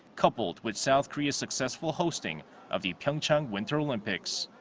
coupled with south korea's successful hosting of the pyeongchang winter olympics.